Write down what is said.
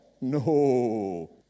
No